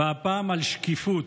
והפעם על השקיפות.